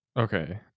Okay